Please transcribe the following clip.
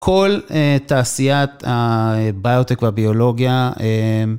כל תעשיית הביוטק והביולוגיה